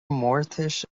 mórtais